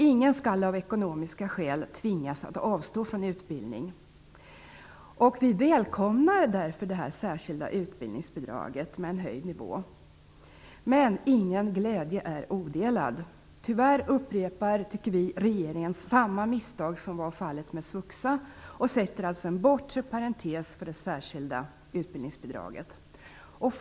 Ingen skall av ekonomiska skäl tvingas avstå från utbildning. Vi välkomnar därför detta särskilda utbildningsbidraget med en höjd nivå. Men ingen glädje är odelad. Tyvärr upprepar, tycker vi, regeringen samma misstag som var fallet med svuxa och sätter en bortre parentes för det särskilda utbildningsbidraget.